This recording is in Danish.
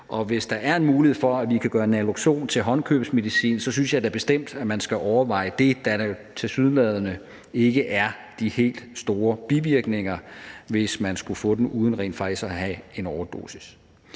Og hvis der er en mulighed for, at vi kan gøre naloxon til håndkøbsmedicin, så synes jeg da bestemt, at man skal overveje det, da der tilsyneladende ikke er de helt store bivirkninger, hvis man skulle få den uden rent faktisk at have fået en overdosis.